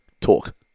talk